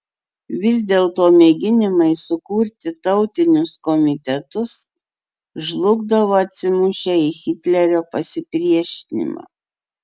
vis dėlto mėginimai sukurti tautinius komitetus žlugdavo atsimušę į hitlerio pasipriešinimą